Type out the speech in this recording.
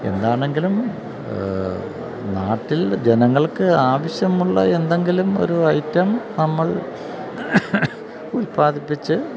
എന്താണെങ്കിലും നാട്ടിൽ ജനങ്ങൾക്ക് ആവശ്യമുള്ള എന്തെങ്കിലും ഒരു ഐറ്റം നമ്മൾ ഉൽപാദിപ്പിച്ച്